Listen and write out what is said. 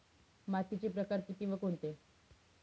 मातीचे प्रकार किती व कोणते?